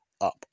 up